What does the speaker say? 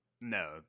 No